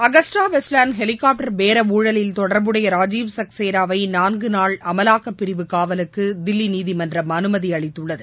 Agusta Westland helicopter பேர ஊழலில் தொடர்புடைய ராஜீவ் சக்சேனாவை நான்கு நாள் அமலாக்க பிரிவு காவலுக்கு தில்லி நீதிமன்றம் அனுமதி அளித்துள்ளது